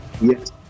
Yes